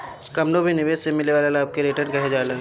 कवनो भी निवेश से मिले वाला लाभ के रिटर्न कहल जाला